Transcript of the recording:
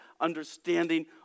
understanding